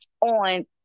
on